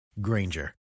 Granger